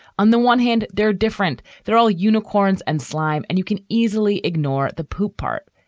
on the one hand, they're different. they're all unicorns and slime. and you can easily ignore the poop part.